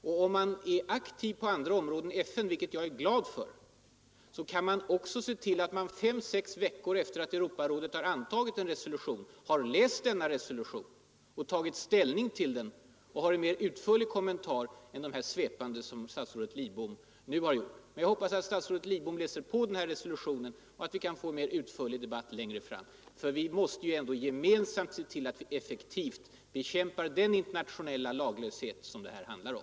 Om man är aktiv på andra områden inom FN — vilket jag är glad att kunna konstatera att Sverige är — borde man också 5—6 veckor efter att Europarådet har antagit en resolution ha läst denna resolution. Rege ringen borde ha tagit ställning till den och kunnat göra en mera utförlig kommentar än de svepande formuleringar som statsrådet Lidbom nu använde. Jag hoppas alltså att statsrådet Lidbom läser på den här resolutionen och att vi kan få en mer utförlig debatt längre fram. Vi måste ändå gemensamt se till att vi effektivt bekämpar den internationella laglöshet som det här handlar om.